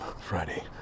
Friday